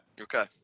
Okay